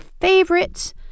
favorites